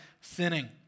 sinning